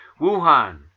Wuhan